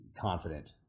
confident